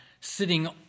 sitting